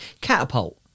catapult